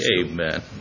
amen